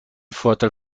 vorteil